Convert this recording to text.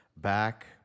back